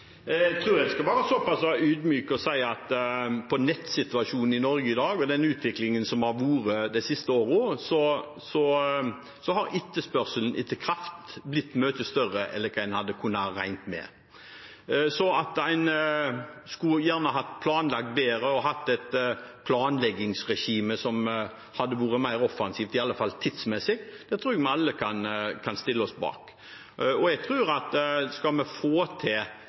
Jeg tror jeg skal være så pass ydmyk og si at for nettsituasjonen i Norge i dag, med den utviklingen som har vært de siste årene, har etterspørselen etter kraft blitt mye større enn man hadde kunnet regne med. At man gjerne skulle planlagt bedre og hatt et planleggingsregime som hadde vært mer offensivt, i hvert fall tidsmessig, tror jeg vi alle kan stille oss bak. Jeg tror at skal vi få til